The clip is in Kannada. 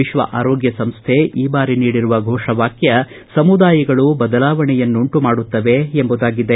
ವಿಶ್ವ ಆರೋಗ್ಯ ಸಂಸ್ವೆ ಈ ಬಾರಿ ನೀಡಿರುವ ಘೋಷವಾಕ್ಟ ಸಮುದಾಯಗಳು ಬದಲಾವಣೆಯನ್ನುಂಟು ಮಾಡುತ್ತವೆ ಎಂಬುದಾಗಿದೆ